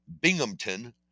Binghamton